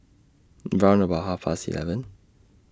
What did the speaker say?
round about Half Past eleven